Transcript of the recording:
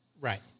Right